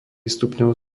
stupňov